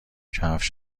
کفش